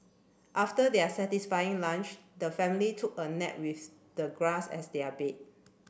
after their satisfying lunch the family took a nap with the grass as their bed